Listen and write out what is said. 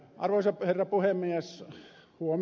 arvoisa herra puhemies